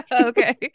Okay